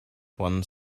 one